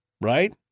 Right